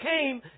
came